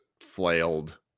flailed